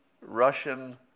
Russian